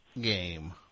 game